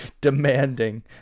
demanding